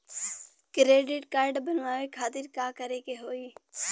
Credit card बनवावे खातिर का करे के होई?